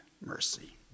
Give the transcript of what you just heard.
mercy